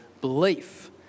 belief